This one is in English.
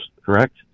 correct